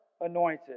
anointed